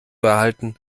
erhalten